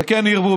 וכן ירבו,